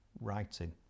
writing